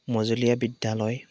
মজলীয়া বিদ্যালয়